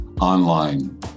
Online